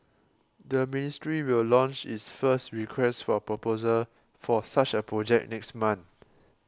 the ministry will launch its first Request for Proposal for such a project next month